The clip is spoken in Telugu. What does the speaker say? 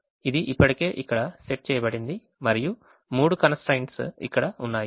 ఇది ఇప్పటికే ఇక్కడ సెట్ చేయబడింది మరియు మూడు constraints ఇక్కడ ఉన్నాయి